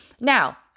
Now